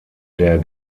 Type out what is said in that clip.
der